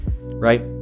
right